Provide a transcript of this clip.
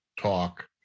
talk